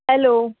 hello